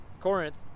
Corinth